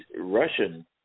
Russian